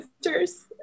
sisters